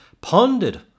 pondered